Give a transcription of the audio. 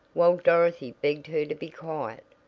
while dorothy begged her to be quiet.